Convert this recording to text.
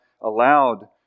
allowed